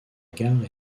gare